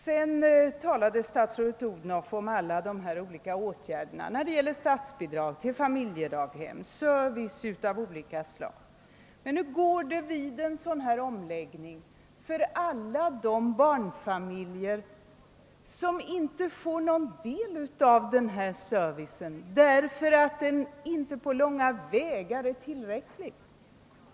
Sedan talade fru Odhnoff om statsbidrag till familjedaghem och service av olika slag åt barnfamiljerna, men bur går det vid en sådan här omläggning för alla de barnfamiljer som inte får någon del av servicen därför att den inte på långa vägar är tillräcklig?